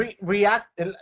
React